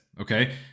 okay